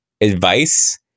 advice